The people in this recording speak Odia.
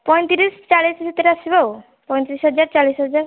ପଇଁତିରିଶ ଚାଳିଶ ଭିତରେ ଆସିବ ଆଉ ପଇଁତିରିଶ ହଜାର ଚାଳିଶ ହଜାର